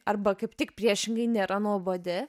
arba kaip tik priešingai nėra nuobodi